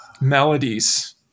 melodies